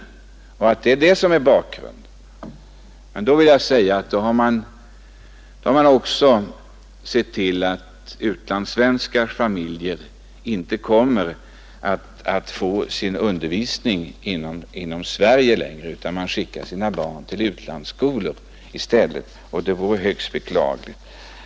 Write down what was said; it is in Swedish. Men om det förhåller sig på det sättet, har man också ordnat så att barnen i utlandssvenska familjer inte längre kommer att få sin undervisning i Sverige; de kommer att skickas till skolor utomlands. Och det vore högst beklagligt.